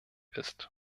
ist